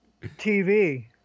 TV